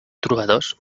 trobadors